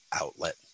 outlet